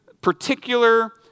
particular